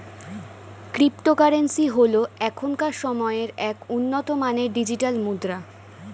cryptocurrency হল এখনকার সময়ের এক উন্নত মানের ডিজিটাল মুদ্রা